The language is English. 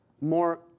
more